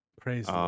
Praise